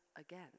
again